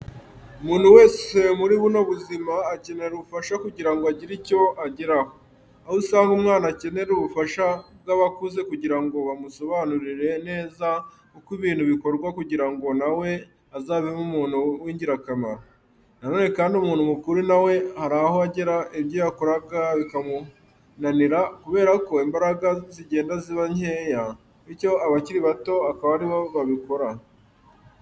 Umuntu wese muri buno buzima akenera ubufasha kugira ngo agire icyo ageraho, aho usanga umwana akenera ubufasha bw'abakuze kugira ngo bamusobanurire neza uko ibintu bikorwa kugira ngo na we azavemo umuntu w'ingirakamaro. Na none kandi umuntu mukuru na we hari aho agera ibyo yakoraga bikamunanira kubera ko imbaraga zigenda ziba nkeya, bityo abakiri bato akaba ari bo babikora.